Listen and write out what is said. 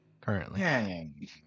currently